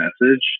message